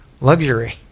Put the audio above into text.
luxury